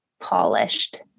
polished